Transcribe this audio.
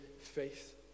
faith